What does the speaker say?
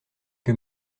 que